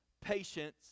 patience